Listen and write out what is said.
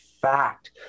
fact